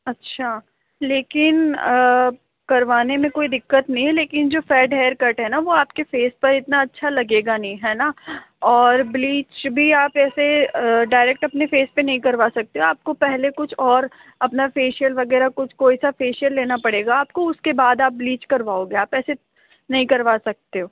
अच्छा लेकिन करवाने में कोई दिक्कत नहीं है लेकिन जो फेड हेअरकट है न वो आपके फेस पर इतना अच्छा लगेगा नहीं है न और ब्लीच भी आप ऐसे डायरेक्ट अपने फेस पर नहीं कटवा सकते हो आप आपको पहले कुछ और अपना फेसिअल वगैरह कुछ कोई सा फेसिअल लेना पड़ेगा आपको उसके बाद आप ब्लीच करवाओगे आप ऐसे नहीं करवा सकते हो